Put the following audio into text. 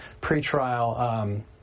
pretrial